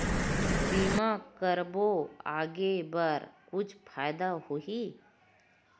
बीमा करबो आगे बर कुछु फ़ायदा होही?